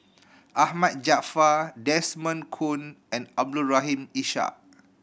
Ahmad Jaafar Desmond Kon and Abdul Rahim Ishak